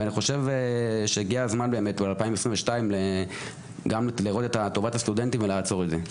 אני חושב שהגיע הזמן ב-2022 גם לראות את טובת הסטודנטים ולעצור את זה.